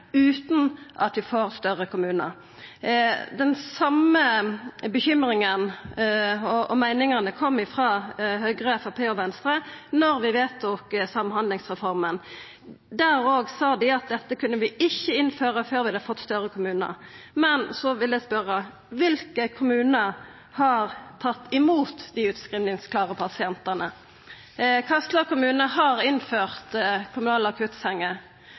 utan at vi får større kommunar. Den same bekymringa og dei same meiningane kom frå Høgre, Framstegspartiet og Venstre da vi vedtok samhandlingsreforma. Også da sa dei at dette kunne vi ikkje innføra før vi hadde fått større kommunar. Da vil eg spørja: Kva kommunar har tatt imot dei utskrivingsklare pasientane? Kva kommunar har innført kommunale akuttsenger?